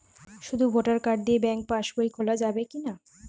শুধু voter card দিয়ে bank pass বই খোলা যাবে কিনা?